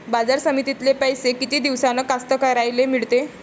बाजार समितीतले पैशे किती दिवसानं कास्तकाराइले मिळते?